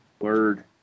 Word